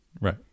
Right